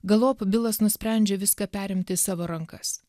galop bilas nusprendžia viską perimt į savo rankas